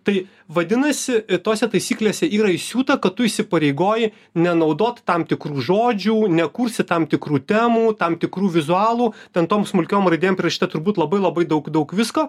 tai vadinasi tose taisyklėse yra įsiūta kad tu įsipareigoji nenaudot tam tikrų žodžių nekursi tam tikrų temų tam tikrų vizualų ten tom smulkiom raidėm parašyta turbūt labai labai daug daug visko